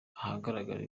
ahagaragara